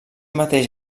mateix